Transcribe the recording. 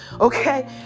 Okay